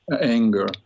anger